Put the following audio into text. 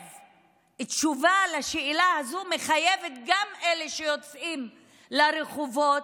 ותשובה על השאלה הזו מחייבת גם את אלה שיוצאים לרחובות